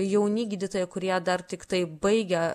jauni gydytojai kurie dar tiktai baigę